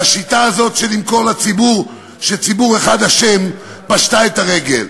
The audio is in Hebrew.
שהשיטה הזאת של למכור לציבור שציבור אחד אשם פשטה את הרגל,